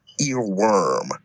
earworm